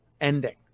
ending